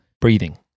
breathing